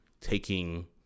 taking